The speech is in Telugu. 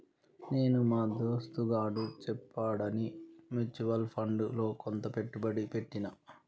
నేను మా దోస్తుగాడు చెప్పాడని మ్యూచువల్ ఫండ్స్ లో కొంత పెట్టుబడి పెట్టిన